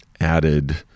added